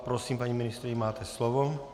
Prosím, paní ministryně, máte slovo.